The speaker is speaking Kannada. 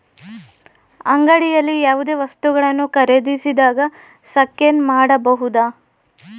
ಅಂಗಡಿಯಲ್ಲಿ ಯಾವುದೇ ವಸ್ತುಗಳನ್ನು ಖರೇದಿಸಿದಾಗ ಸ್ಕ್ಯಾನ್ ಮಾಡಬಹುದಾ?